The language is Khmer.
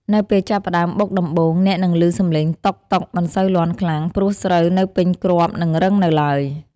នៅពេលចាប់ផ្ដើមបុកដំបូង អ្នកនឹងឮសំឡេង 'តុកៗ' មិនសូវលាន់ខ្លាំង ព្រោះស្រូវនៅពេញគ្រាប់ និងរឹងនៅឡើយ។